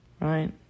right